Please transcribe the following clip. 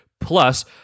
Plus